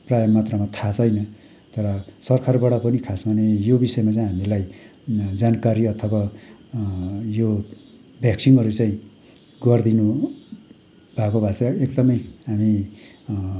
प्रायः मात्रामा थाहा छैन तर सरकारबाट पनि खासमा नै यो बिषयमा चाहिँ हामीलाई जानकारी अथवा यो भ्याक्सिनहरू चाहिँ गरिदिनु भएको भए चाहिँ एकदमै हामी